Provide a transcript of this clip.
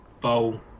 bowl